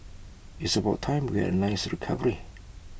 it's about time we had A nice recovery